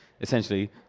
essentially